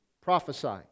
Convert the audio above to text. prophesying